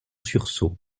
sursaut